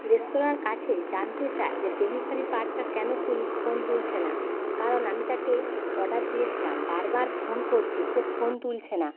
রেস্তরাঁর কাছে জানতে চাই যে ডেলিভারি পার্টনার কেন ফোন তুলছে না কারণ আমি তাকে অর্ডার দিয়েছিলাম বারবার ফোন করছি সে ফোন তুলছে না